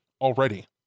already